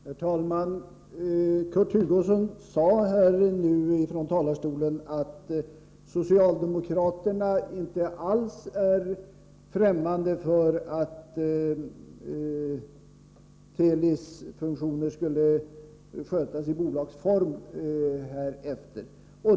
Herr talman! Kurt Hugosson sade från talarstolen att socialdemokraterna inte alls är fftämmande för tanken att Telis funktioner hädanefter skulle skötas i bolagsform.